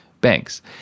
banks